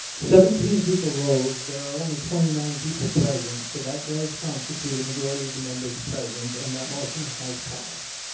seventeen people rose there are only twenty nine people present so that does constitute a majority of the members present and that motion has passed